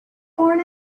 born